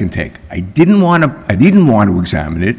can take i didn't want to i didn't want to examine it